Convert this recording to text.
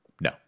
No